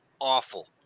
awful